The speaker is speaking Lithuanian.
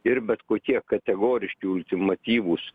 ir bet kokie kategoriški ultimatyvūs